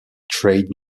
trade